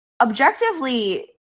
objectively